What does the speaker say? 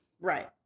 Right